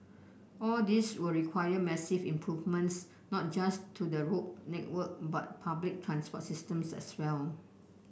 all this will require massive improvements not just to the road network but public transport systems as well